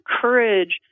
courage